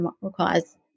requires